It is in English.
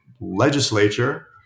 legislature